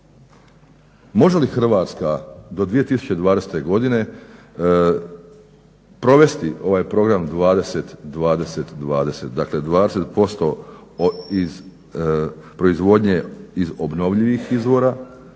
Može li Hrvatska do 2020. godine provesti ovaj program 20-20-20 dakle 20% iz proizvodnje iz obnovljivih izvora,